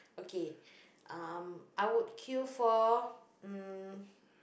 okay um I would queue for um